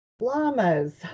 llamas